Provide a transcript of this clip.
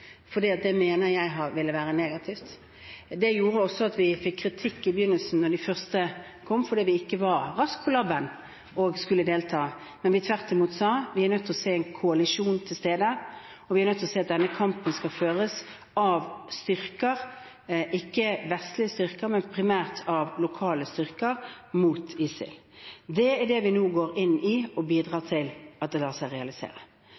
det mener jeg ville være negativt. Det gjorde også at vi fikk kritikk i begynnelsen da de første kom, fordi vi ikke var rask på labben og skulle delta, men tvert imot sa at vi er nødt til å se en koalisjon til stede, og vi er nødt til å se at denne kampen skal føres av styrker, ikke av vestlige styrker, men primært av lokale styrker, mot ISIL. Det er det vi nå går inn i, og bidrar til at lar seg realisere.